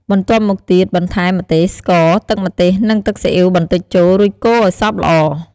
បន្ទាប់មកទៀតបន្ថែម ម្ទេស ស្ករ ទឹកម្ទេស និង ទឹកស៊ីអ៉ីវបន្តិចចូល រួចកូរឱ្យសព្វល្អ។